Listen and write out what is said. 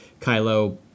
Kylo